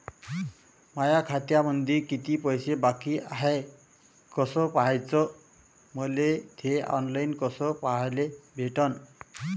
माया खात्यामंधी किती पैसा बाकी हाय कस पाह्याच, मले थे ऑनलाईन कस पाह्याले भेटन?